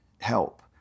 help